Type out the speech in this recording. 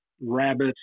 rabbits